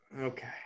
Okay